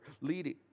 leading